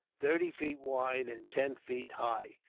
thirty feet wide and ten feet high,